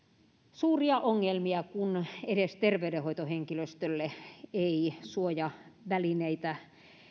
suuria ongelmia kun edes terveydenhoitohenkilöstölle ei suojavälineitä